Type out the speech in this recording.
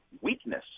weakness